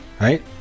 right